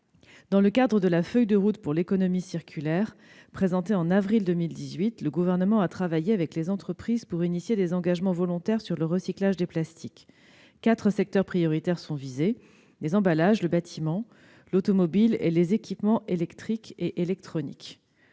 Dans le cadre de la feuille de route pour l'économie circulaire présentée en avril 2018, le Gouvernement a travaillé avec les entreprises pour susciter des engagements volontaires en matière de recyclage des plastiques. Quatre secteurs prioritaires sont visés : les emballages, le bâtiment, l'automobile et les équipements électriques et électroniques.